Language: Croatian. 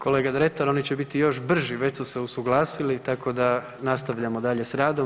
Kolega Dretar, oni će biti još brži, već su se usuglasili, tako da nastavljamo dalje s radom.